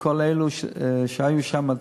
כל אלו שהיו שם,